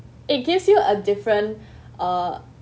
it gives you a different uh